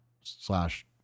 slash